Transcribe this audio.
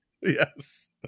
Yes